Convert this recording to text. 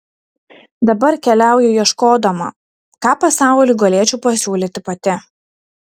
dabar keliauju ieškodama ką pasauliui galėčiau pasiūlyti pati